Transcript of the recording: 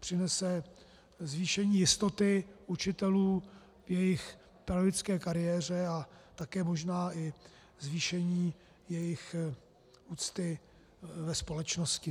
přinese zvýšení jistoty učitelů v jejich pedagogické kariéře a také možná i zvýšení jejich úcty ve společnosti.